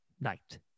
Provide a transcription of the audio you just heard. night